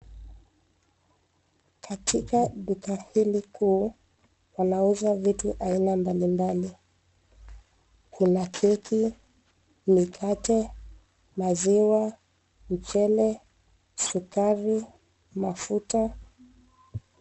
Katika duka hili kuu wanauza vitu mbalimbali, kuna keki, mikate, maziwa, mchele, sukari, mafuta.